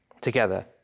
together